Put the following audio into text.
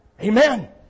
Amen